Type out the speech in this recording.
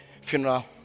funeral